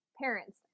Parents